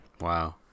wow